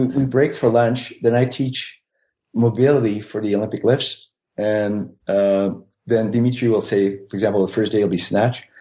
we break for lunch. then i teach mobility for the olympic lifts and then dmitry will say, for example the first day it will be snatch.